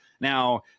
Now